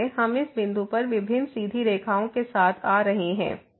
इसलिए हम इस बिंदु पर विभिन्न सीधी रेखाओं के साथ आ रहे हैं